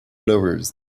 flowers